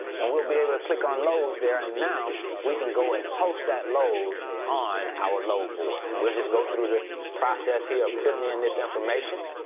and we'll be able to click on loads there. and now we can go and post that load on our load board. and we'll just go through the process here, putting in this information.